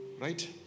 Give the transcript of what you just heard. right